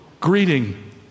greeting